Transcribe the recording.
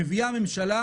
מביאה הממשלה,